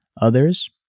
others